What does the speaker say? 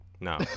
no